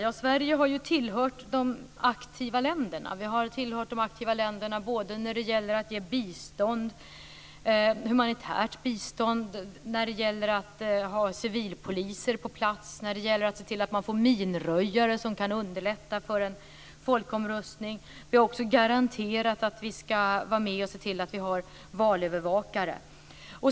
Ja, Sverige har tillhört de aktiva länderna när det gäller att ge humanitärt bistånd, att ha civilpoliser på plats och att se till att minröjare kan underlätta en folkomröstning. Vi har också garanterat att vi ska vara med och se till att det finns valövervakare.